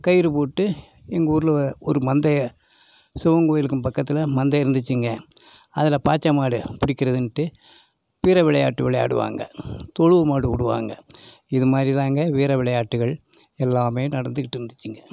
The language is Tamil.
கயிறு போட்டு எங்கூர்ல ஒரு மந்தைய சிவன் கோயிலுக்கும் பக்கத்தில் மந்த இருந்துச்சுங்க அதில் பாச்ச மாடு பிடிக்கிறதுன்ட்டு வீர விளையாட்டு விளையாடுவாங்க தொழுவு மாடு விடுவாங்க இதுமாதிரி தாங்க வீர விளையாட்டுகள் எல்லாமே நடந்துக்கிட்டு இருந்திச்சுங்க